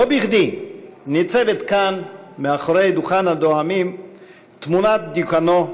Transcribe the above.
לא בכדי ניצבת כאן מאחורי דוכן הנואמים תמונת דיוקנו,